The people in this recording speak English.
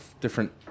different